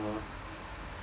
uh